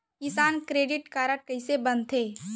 किसान credit card कइसे बनथे?